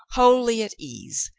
wholly at ease,